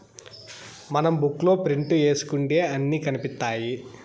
మనం బుక్ లో ప్రింట్ ఏసుకుంటే అన్ని కనిపిత్తాయి